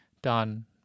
done